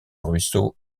ruisseau